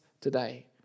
today